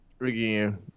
again